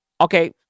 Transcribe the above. Okay